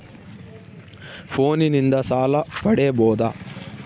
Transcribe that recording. ಫೋನಿನಿಂದ ಸಾಲ ಪಡೇಬೋದ?